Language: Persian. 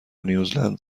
نیوزلند